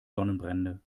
sonnenbrände